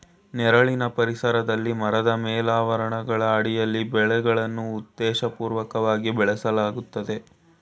ನೆರಳಿನ ಪರಿಸರದಲ್ಲಿ ಮರದ ಮೇಲಾವರಣಗಳ ಅಡಿಯಲ್ಲಿ ಬೆಳೆಗಳನ್ನು ಉದ್ದೇಶಪೂರ್ವಕವಾಗಿ ಬೆಳೆಸಲಾಗ್ತದೆ